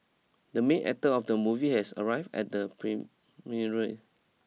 the main actor of the movie has arrived at the premiere